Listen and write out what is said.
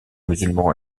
musulman